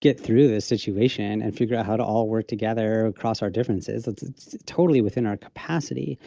get through this situation and figure out how to all work together across our differences. that's totally within our capacity.